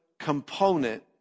Component